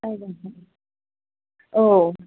औ